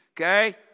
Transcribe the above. okay